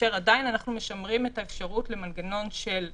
כאשר עדיין אנחנו משמרים את האפשרות למנגנון של פטורים.